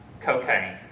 Cocaine